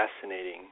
fascinating